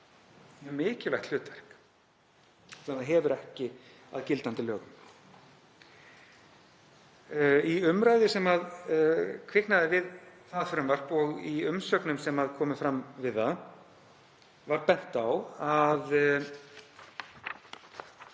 mjög mikilvægt hlutverk sem það hefur ekki að gildandi lögum. Í umræðu sem kviknaði við það frumvarp og í umsögnum sem komu fram við það var bent á að